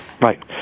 Right